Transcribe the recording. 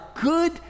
good